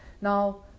Now